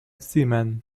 seamen